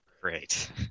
Great